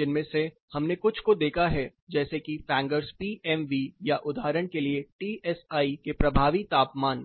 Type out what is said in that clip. जिनमें से हमने कुछ को देखा है जैसे कि फैंगर्स PMV या उदाहरण के लिए TSI के प्रभावी तापमान